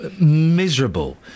miserable